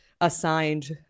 assigned